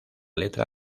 letra